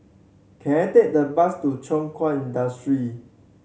can I take the bus to Thow Kwang Industry